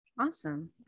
Awesome